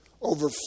over